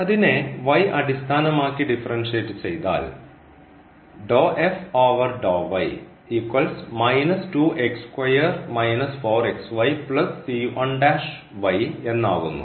അതിനെ അടിസ്ഥാനമാക്കി ഡിഫറൻഷ്യറ്റ് ചെയ്താൽ എന്നാവുന്നു